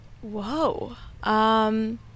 Whoa